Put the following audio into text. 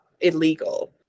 illegal